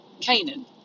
Canaan